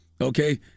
okay